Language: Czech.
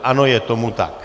Ano, je tomu tak.